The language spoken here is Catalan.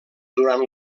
durant